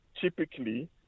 typically